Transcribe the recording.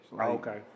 Okay